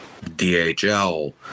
dhl